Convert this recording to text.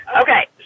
Okay